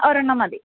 ഒരെണ്ണം മതി